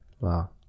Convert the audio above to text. Wow